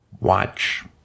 Watch